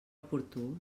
oportú